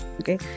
Okay